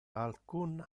alcun